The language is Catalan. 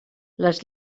les